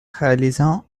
réalisant